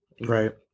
Right